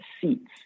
seats